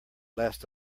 last